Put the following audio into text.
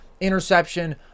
interception